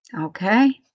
okay